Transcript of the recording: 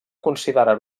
considerar